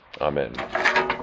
Amen